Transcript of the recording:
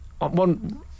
One